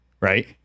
Right